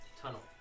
tunnel